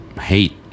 hate